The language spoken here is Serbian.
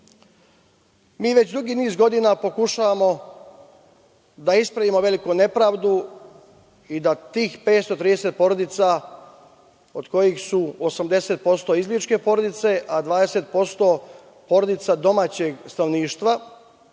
Pazova. Već dugi niz godina pokušavamo da ispravimo veliku nepravdu i da tih 530 porodica, od kojih su 80% izbegličke porodice, a 20% porodice domaćeg stanovništva